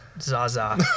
Zaza